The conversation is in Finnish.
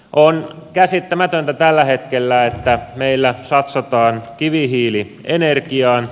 on käsittämätöntä että tällä hetkellä meillä satsataan kivihiilienergiaan